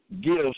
gives